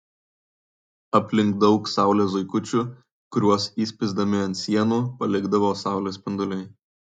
aplink daug saulės zuikučių kuriuos įspįsdami ant sienų palikdavo saulės spinduliai